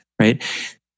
right